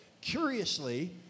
curiously